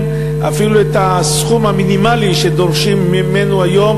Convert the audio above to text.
אפילו את הסכום המינימלי שדורשים ממנו היום